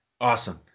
Awesome